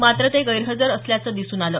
मात्र ते गैरहजर असल्याचं दिसून आलं